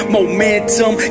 Momentum